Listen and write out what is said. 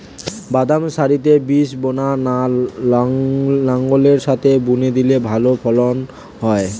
বাদাম সারিতে বীজ বোনা না লাঙ্গলের সাথে বুনে দিলে ভালো ফলন হয়?